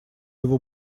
его